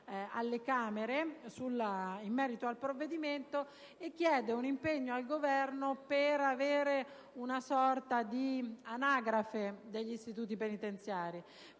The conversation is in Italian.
alle Camere in merito al provvedimento, e chiede un impegno al Governo per definire una sorta di anagrafe degli istituti penitenziari,